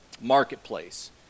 marketplace